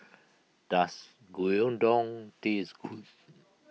does Gyudon taste